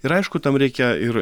ir aišku tam reikia ir